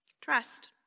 Trust